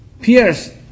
pierce